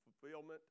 fulfillment